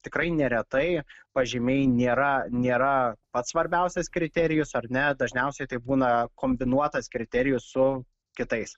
tikrai neretai pažymiai nėra nėra pats svarbiausias kriterijus ar ne dažniausiai tai būna kombinuotas kriterijus su kitais